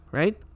right